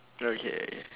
okay